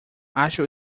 acho